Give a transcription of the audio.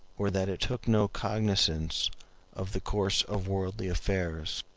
or that it took no cognizance of the course of worldly affairs.